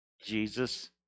Jesus